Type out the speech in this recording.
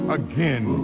again